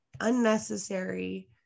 unnecessary